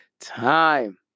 time